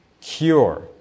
Cure